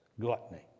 gluttony